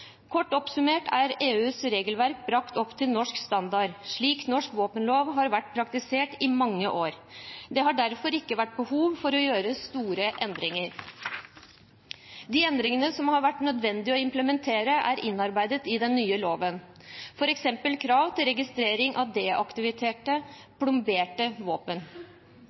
Kort oppsummert er EUs regelverk brakt opp til norsk standard, slik norsk våpenlov har vært praktisert i mange år. Det har derfor ikke vært behov for å gjøre store endringer. De endringene som det har vært nødvendig å implementere, er innarbeidet i den nye loven, f.eks. krav til registrering av deaktiverte/plomberte våpen.